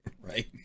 Right